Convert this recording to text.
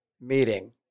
meeting